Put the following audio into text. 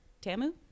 TAMU